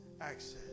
access